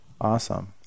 Awesome